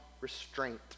restraint